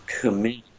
commit